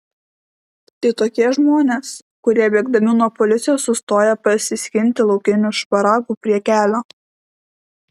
tai tokie žmonės kurie bėgdami nuo policijos sustoja pasiskinti laukinių šparagų prie kelio